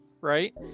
Right